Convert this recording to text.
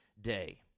day